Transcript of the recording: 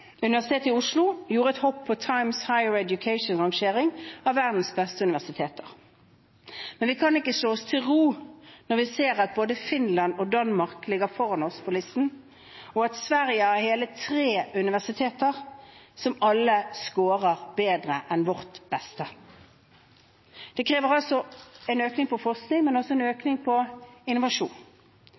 Universitetet i Oslo gjorde et hopp på Times Higher Education-rangering av verdens beste universiteter. Men vi kan ikke slå oss til ro når vi ser at både Finland og Danmark ligger foran oss på listen, og at Sverige har hele tre universiteter som alle scorer bedre enn vårt beste. Det krever altså en økning på forskning, men også en økning på innovasjon.